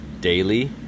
daily